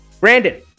Brandon